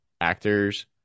actors